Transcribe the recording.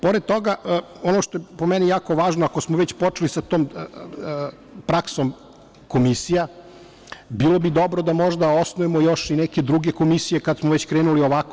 Pored toga, ono što je po meni jako važno, ako smo već počeli sa tom praksom komisija, bilo bi dobro da možda osnujemo još i neke druge komisije, kada smo već krenuli ovako.